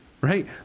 Right